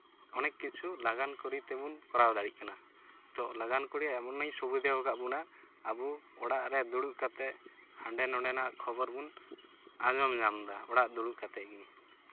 ᱚᱱᱮᱠ ᱠᱤᱪᱷᱩ ᱞᱟᱜᱟᱱ ᱠᱟᱹᱨᱤ ᱛᱮᱵᱚᱱ ᱠᱚᱨᱟᱣ ᱫᱟᱲᱮᱭᱟᱜ ᱠᱟᱱᱟ ᱛᱳ ᱞᱟᱜᱟᱱᱠᱟᱹᱨᱤ ᱮᱢᱚᱱᱮ ᱥᱩᱵᱤᱫᱷᱟ ᱟᱠᱟᱫ ᱵᱳᱱᱟ ᱟᱵᱚ ᱚᱲᱟᱜ ᱨᱮ ᱫᱩᱲᱩᱵ ᱠᱟᱛᱮᱫ ᱦᱟᱸᱰᱮ ᱱᱚᱸᱰᱮᱱᱟᱜ ᱠᱷᱚᱵᱚᱨ ᱵᱚᱱ ᱟᱸᱡᱚᱢ ᱧᱟᱢᱫᱟ ᱚᱲᱟᱜ ᱫᱩᱲᱩᱵ ᱠᱟᱛᱮᱫ ᱜᱮ